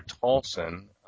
Tolson